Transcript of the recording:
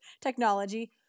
technology